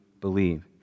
believe